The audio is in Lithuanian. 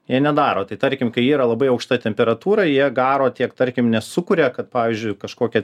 jie nedaro tai tarkim kai yra labai aukšta temperatūra jie garo tiek tarkim nesukuria kad pavyzdžiui kažkokie